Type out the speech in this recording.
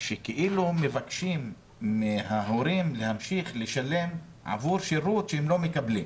שכאילו מבקשים מההורים להמשיך לשלם עבור שירות שהם לא מקבלים.